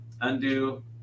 undo